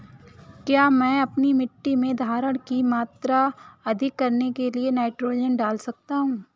क्या मैं अपनी मिट्टी में धारण की मात्रा अधिक करने के लिए नाइट्रोजन डाल सकता हूँ?